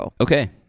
Okay